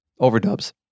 overdubs